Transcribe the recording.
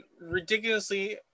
ridiculously